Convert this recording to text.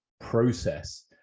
process